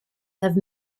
have